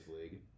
league